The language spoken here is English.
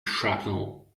shrapnel